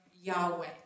Yahweh